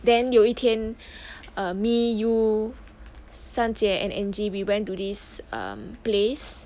then 有一天 err me you 三姐 and angie we went to this err place